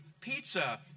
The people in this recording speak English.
pizza